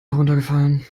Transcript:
heruntergefallen